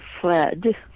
fled